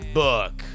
book